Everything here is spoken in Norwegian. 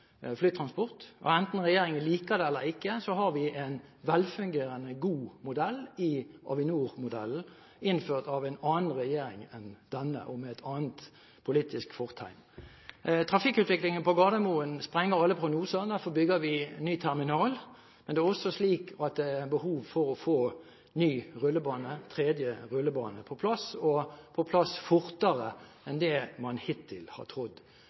flytransport, og enten regjeringen liker det eller ikke, har vi en velfungerende, god modell i Avinor-modellen, innført av en annen regjering med et annet politisk fortegn enn denne. Trafikkutviklingen på Gardermoen sprenger aller prognoser, derfor bygger vi ny terminal. Men det er også behov for å få på plass en ny rullebane, en tredje rullebane – og få den på plass fortere enn man hittil har